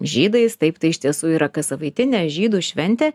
žydais taip tai iš tiesų yra kassavaitinė žydų šventė